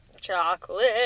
Chocolate